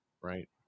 right